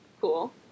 Cool